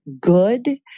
good